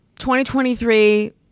2023